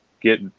get